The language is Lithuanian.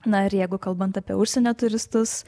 na ir jeigu kalbant apie užsienio turistus